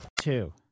Two